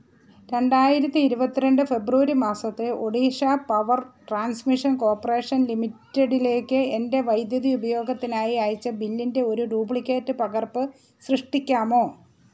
രണ്ടായിരത്തി ഇരുപത്തി രണ്ട് ഫെബ്രുവരി മാസത്തെ ഒഡീഷ പവർ ട്രാൻസ്മിഷൻ കോപ്പറേഷൻ ലിമിറ്റഡിലേക്ക് എന്റെ വൈദ്യുതി ഉപയോഗത്തിനായി അയച്ച ബില്ലിന്റെ ഒരു ഡ്യൂപ്ലിക്കേറ്റ് പകർപ്പ് സൃഷ്ടിക്കാമോ